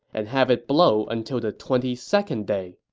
and have it blow until the twenty second day.